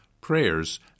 prayers